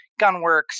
Gunworks